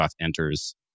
enters